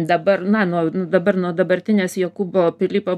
dabar na nuo dabar nuo dabartinės jokūbo pilypo